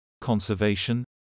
conservation